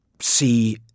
see